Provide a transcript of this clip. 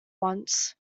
once